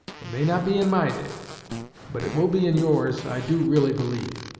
it may not be in my day but it will be in yours, i do really believe